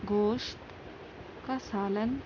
گوشت کا سالن